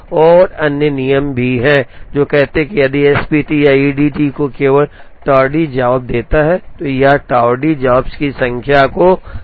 और अन्य नियम भी हैं जो कहते हैं कि यदि S P T या E D D केवल एक टार्डी जॉब देता है तो यह टार्डी जॉब्स की संख्या को कम कर देता है